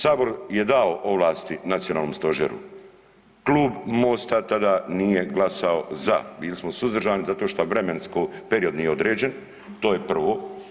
Sabor je dao ovlasti nacionalnom stožeru, Klub MOST-a tada nije glasao za, bili smo suzdržani zato što vremenski period nije određen, to je prvo.